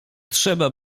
trzeba